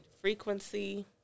frequency